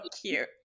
cute